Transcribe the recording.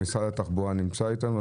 התחבורה נמצא איתנו.